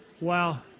Wow